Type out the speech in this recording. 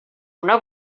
una